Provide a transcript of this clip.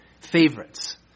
favorites